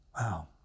Wow